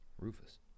Rufus